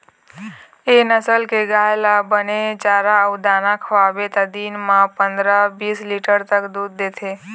ए नसल के गाय ल बने चारा अउ दाना खवाबे त दिन म पंदरा, बीस लीटर तक दूद देथे